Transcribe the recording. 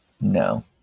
No